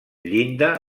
llinda